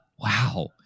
Wow